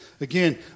Again